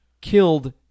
killed